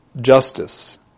justice